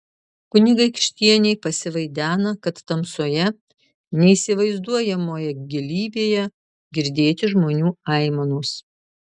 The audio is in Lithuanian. kunigaikštienei pasivaidena kad tamsoje neįsivaizduojamoje gilybėje girdėti žmonių aimanos